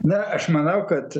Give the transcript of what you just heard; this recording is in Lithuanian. na aš manau kad